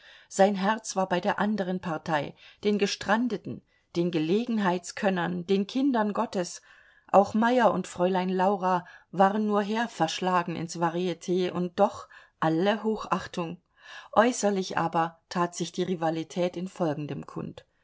sein herz war bei der andern partei den gestrandeten den gelegenheitskönnern den kindern gottes auch meyer und fräulein laura waren nur herverschlagen ins variet und doch alle hochachtung äußerlich aber tat sich die rivalität in folgendem kund